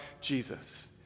Jesus